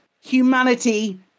humanity